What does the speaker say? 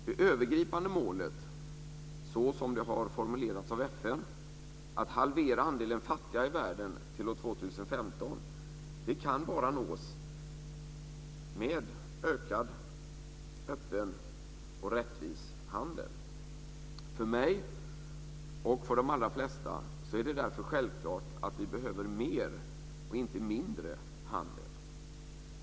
Det övergripande målet, så som det har formulerats av FN - att halvera andelen fattiga i världen till år 2015 - kan bara nås med en ökad öppen och rättvis handel. För mig och för de allra flesta är det därför självklart att vi behöver mer, inte mindre, handel.